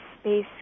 space